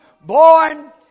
born